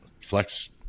Flex